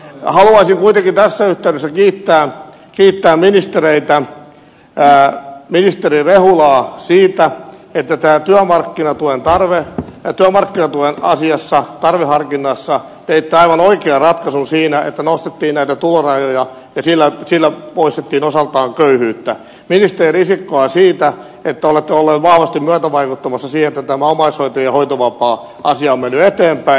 haluaisin kuitenkin tässä yhteydessä kiittää ministereitä ministeri rehulaa siitä että tässä työmarkkinatuen tarveharkinnassa teitte aivan oikean ratkaisun siinä että nostettiin tulorajoja ja sillä poistettiin osaltaan köyhyyttä ja ministeri risikkoa siitä että olette ollut vahvasti myötävaikuttamassa siihen että omaishoitajien hoitovapaa asia on mennyt eteenpäin